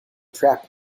trap